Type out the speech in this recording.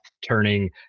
turning